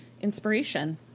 inspiration